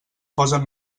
posen